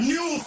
New